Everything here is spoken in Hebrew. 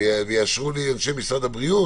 אני מאמינה שיהיו בו שינוים והתאמות,